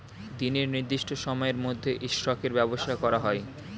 দিনের নির্দিষ্ট সময়ের মধ্যে স্টকের ব্যবসা করা হয়